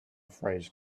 phrase